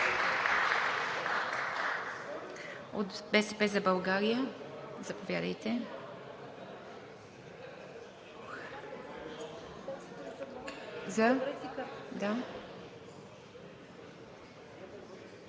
От „БСП за България“ – заповядайте.